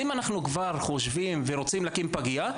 אם אנחנו כבר חושבים ורוצים להקים פגייה,